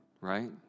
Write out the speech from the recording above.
Right